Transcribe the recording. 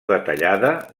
detallada